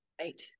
Right